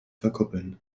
verkuppeln